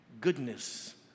goodness